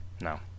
no